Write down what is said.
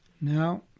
Now